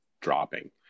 dropping